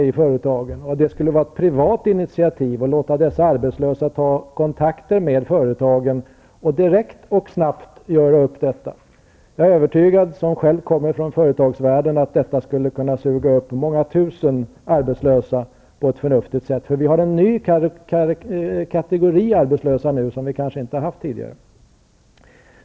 Det skulle vara ett privat initiativ att låta de arbetslösa ta kontakt med företagen och göra upp detta direkt och snabbt. Jag som själv kommer från företagsvärlden är övertygad om att detta skulle kunna suga upp många tusen arbetslösa på ett förnuftigt sätt. Vi har ju nu en ny kategori arbetslösa som vi kanske inte har haft tidigare.